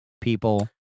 people